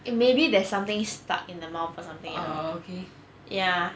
eh maybe there's something stuck in the mouth or something ya